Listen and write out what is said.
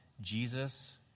Jesus